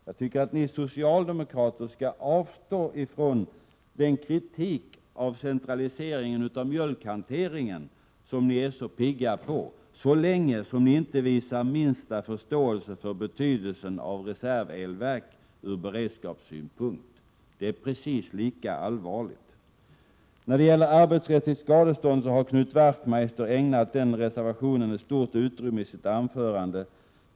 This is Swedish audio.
Jag tycker att ni socialdemokrater skall avstå från er kritik av centraliseringen inom mjölkhanteringen, så länge ni inte visar minsta förståelse för betydelsen av reservelverk ur beredskapssynpunkt. Det är precis lika allvarligt. Knut Wachtmeister har ägnat reservationen om arbetsrättsligt skadestånd stort utrymme i sitt anförande.